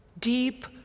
deep